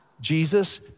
Jesus